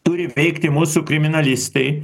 turi veikti mūsų kriminalistai